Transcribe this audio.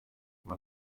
mar